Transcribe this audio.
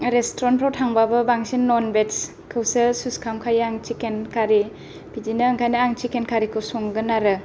restaurant फोराव थांब्लाबो बांसिन ननभेजखौसो सुस खालामखायो आं सिखकेन खारि बिदिनो ओंखायनो आं सिखकेन खारिखौ संगोन आरो